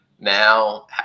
now